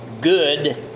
good